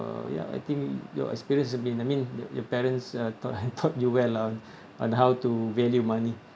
uh ya I think your experience have been I mean y~ your parents uh taught taught you well on on how to value money